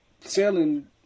selling